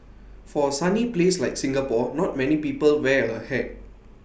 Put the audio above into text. for A sunny place like Singapore not many people wear A hat